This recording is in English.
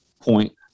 point